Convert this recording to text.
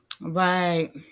right